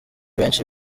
benshi